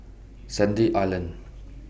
Sandy Island